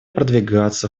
продвигаться